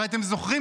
הרי אתם זוכרים,